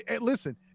listen